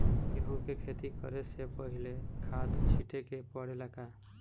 गेहू के खेती करे से पहिले खाद छिटे के परेला का?